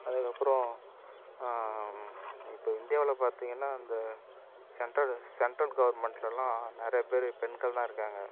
அதுக்கப்பறம் இப்போ இந்தியாவில் பார்த்திங்கன்னா இந்த சென்ட்ரல் சென்ட்ரல் கவர்மெண்ட்லலாம் நிறைய பேர் பெண்கள் தான் இருக்காங்க